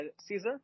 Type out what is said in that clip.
Caesar